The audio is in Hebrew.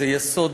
זה יסוד,